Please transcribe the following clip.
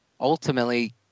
ultimately